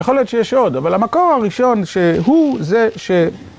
יכול להיות שיש עוד, אבל המקור הראשון שהוא זה ש...